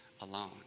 alone